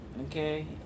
Okay